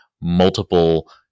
multiple